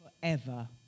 forever